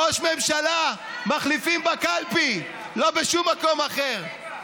ראש ממשלה מחליפים בקלפי, לא בשום מקום אחר.